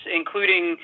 including